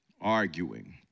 Arguing